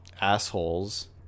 assholes